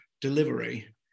delivery